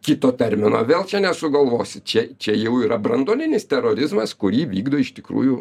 kito termino vėl čia nesugalvosi čia čia jau yra branduolinis terorizmas kurį vykdo iš tikrųjų